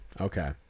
Okay